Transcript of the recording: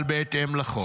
אבל בהתאם לחוק.